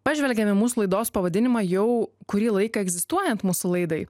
pažvelgėm į mūsų laidos pavadinimą jau kurį laiką egzistuojant mūsų laidai